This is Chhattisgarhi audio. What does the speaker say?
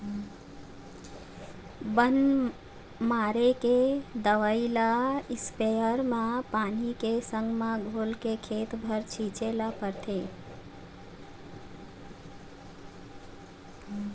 बन मारे के दवई ल इस्पेयर म पानी के संग म घोलके खेत भर छिंचे ल परथे